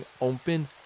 open